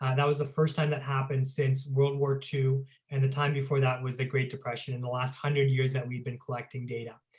and that was the first time that happened since world war ii and the time before that was the great depression in the last hundred years that we've been collecting data.